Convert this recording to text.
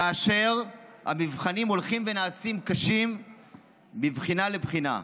כאשר המבחנים הולכים ונעשים קשים מבחינה לבחינה,